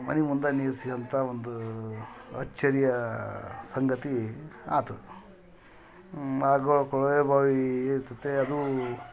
ಮನೆ ಮುಂದೆ ನೀರು ಸಿಗೋಂತ ಒಂದು ಅಚ್ಚರಿಯ ಸಂಗತಿ ಆಯ್ತು ಹಾಗು ಕೊಳವೆ ಬಾವಿ ಇರ್ತತೆ ಅದು